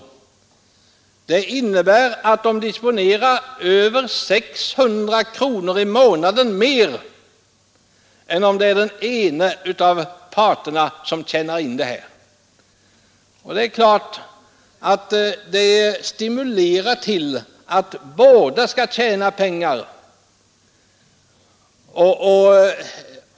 Det innebär att familjen disponerar över 600 kronor i månaden mer än om den ena av parterna skulle tjäna in hela inkomsten. Självfallet stimulerar en sådan konstruktion en arbetsfördelning där båda makarna tjänar pengar.